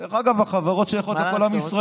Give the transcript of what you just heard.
מה לעשות?